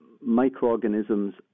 microorganisms